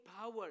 power